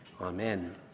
Amen